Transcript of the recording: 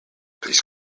please